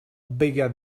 bigger